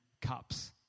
cups